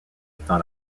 dans